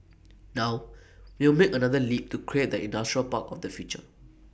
now we'll make another leap to create the industrial park of the future